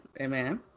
Amen